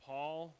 Paul